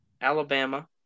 Alabama